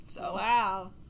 Wow